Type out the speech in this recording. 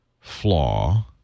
flaw